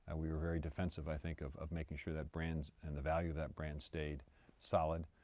and we were very defensive i think of of making sure that brand and the value of that brand stayed solid.